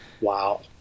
Wow